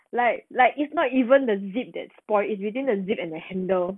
like like it's not even the zip that spoil it's within the zip and the handle